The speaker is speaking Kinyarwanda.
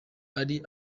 ari